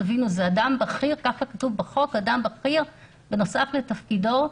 בחוק כתוב שזה אדם בכיר בנוסף לתפקידו.